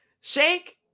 Shake